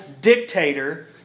dictator